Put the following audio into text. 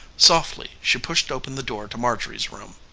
softly she pushed open the door to marjorie's room.